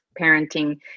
parenting